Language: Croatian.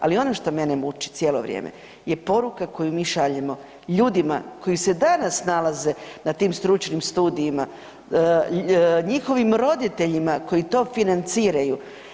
Ali ono što mene muči cijelo vrijeme je poruka koju mi šaljemo ljudima koji se danas nalaze na tim stručnim studijima, njihovim roditeljima koji to financiraju.